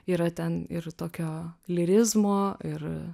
yra ten ir tokio lyrizmo ir